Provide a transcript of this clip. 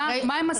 מה הן מספיקות?